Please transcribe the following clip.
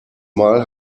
mal